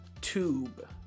tube